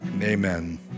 amen